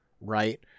right